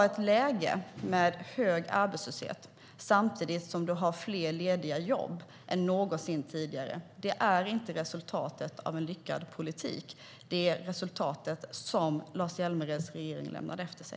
Ett läge med hög arbetslöshet samtidigt som det finns fler lediga jobb än någonsin tidigare är inte resultatet av en lyckad politik. Det är resultatet som Lars Hjälmereds regering lämnade efter sig.